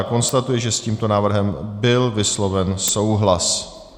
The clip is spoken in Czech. Konstatuji, že s tímto návrhem byl vysloven souhlas.